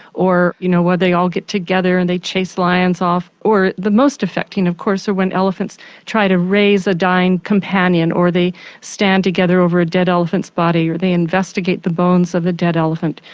or you know when they all get together and they chase lions off, or the most affecting of course are when elephants try to raise a dying companion or they stand together over a dead elephant's body, or they investigate the bones of a dead elephant.